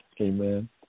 Amen